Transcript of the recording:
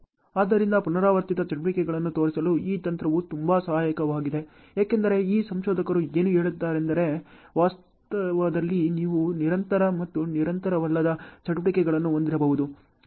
ಆದ್ದರಿಂದ ಪುನರಾವರ್ತಿತ ಚಟುವಟಿಕೆಗಳನ್ನು ತೋರಿಸಲು ಈ ತಂತ್ರವು ತುಂಬಾ ಸಹಾಯಕವಾಗಿದೆ ಏಕೆಂದರೆ ಈ ಸಂಶೋಧಕರು ಏನು ಹೇಳುತ್ತಾರೆಂದರೆ ವಾಸ್ತವದಲ್ಲಿ ನೀವು ನಿರಂತರ ಮತ್ತು ನಿರಂತರವಲ್ಲದ ಚಟುವಟಿಕೆಗಳನ್ನು ಹೊಂದಿರಬಹುದು